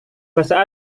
bahasa